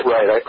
Right